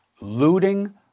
looting